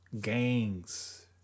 gangs